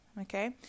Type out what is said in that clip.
Okay